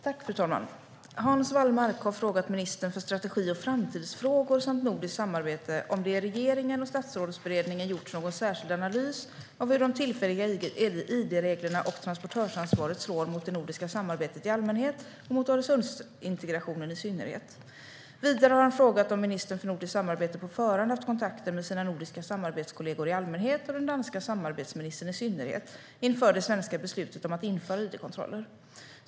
Fru talman! Hans Wallmark har frågat ministern för strategi och framtidsfrågor samt nordiskt samarbete om det i regeringen och Statsrådsberedningen gjorts någon särskild analys av hur de nya tillfälliga id-reglerna och transportörsansvaret slår mot det nordiska samarbetet i allmänhet och mot Öresundsintegrationen i synnerhet. Vidare har Hans Wallmark frågat om ministern för nordiskt samarbete på förhand haft kontakter med sina nordiska samarbetskollegor i allmänhet och den danska samarbetsministern i synnerhet inför det svenska beslutet att införa id-kontroller.